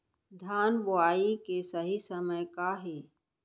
धान बोआई के सही समय का हे?